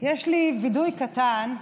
יש לי וידוי קטן: